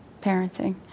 parenting